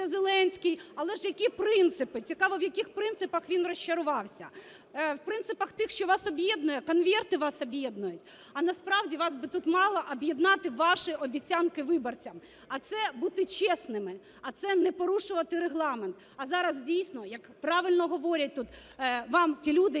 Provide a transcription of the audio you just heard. Зеленський. Але ж які принципи? Цікаво, в яких принципах він розчарувався. В принципах тих, що вас об'єднує? "Конверти" вас об'єднують. А насправді, вас би тут мали об'єднувати ваші обіцянки виборцям, а це – бути чесними, а це – не порушувати Регламент. А зараз, дійсно, як правильно говорять тут вам ті люди,